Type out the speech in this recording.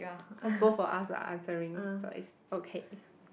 compo for us lah answering so is okay